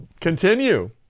Continue